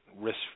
risk